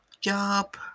job